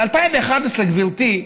ב-2011, גברתי,